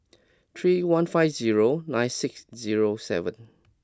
three one five zero nine six zero seven